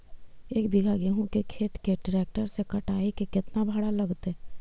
एक बिघा गेहूं के खेत के ट्रैक्टर से कटाई के केतना भाड़ा लगतै?